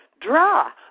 draw